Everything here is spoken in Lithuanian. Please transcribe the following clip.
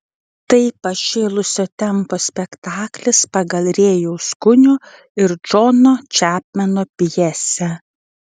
tai pašėlusio tempo spektaklis pagal rėjaus kunio ir džono čepmeno pjesę